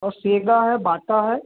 और सेगा है बाटा है